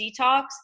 detox